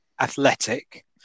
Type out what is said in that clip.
Athletic